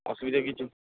অসুবিধা কিছু